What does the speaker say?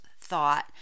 thought